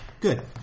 Good